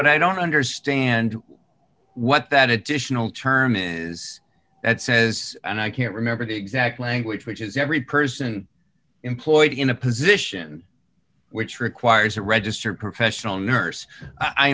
but i don't understand what that additional term is that says and i can't remember the exact language which is every person employed in a position which requires a registered professional nurse i